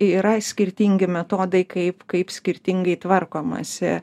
yra skirtingi metodai kaip kaip skirtingai tvarkomasi